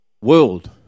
world